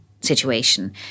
situation